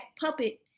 puppet